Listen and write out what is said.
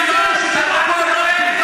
תתבייש לך.